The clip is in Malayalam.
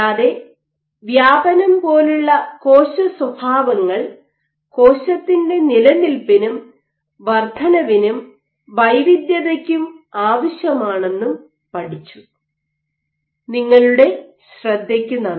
കൂടാതെ വ്യാപനം പോലുള്ള കോശ സ്വഭാവങ്ങൾ കോശത്തിന്റെ നിലനിൽപ്പിനും വർദ്ധനവിനും വൈവിധ്യതതയ്ക്കും ആവശ്യമാണെന്നും പഠിച്ചു